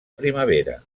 primavera